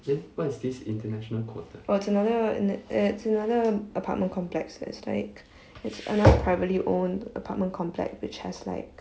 oh it's another an~ it's another apartment complex that's like it's another privately owned apartment complex which has like